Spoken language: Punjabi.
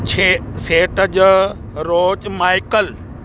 ਸ਼ੇ ਸੇਤਜ ਰੋਜ ਮਾਈਕਲ